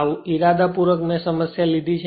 આ ઇરાદાપૂર્વક મેં આ સમસ્યા લીધી